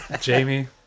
Jamie